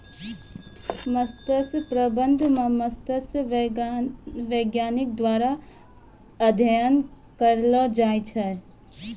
मत्स्य प्रबंधन मे मत्स्य बैज्ञानिक द्वारा अध्ययन करलो जाय छै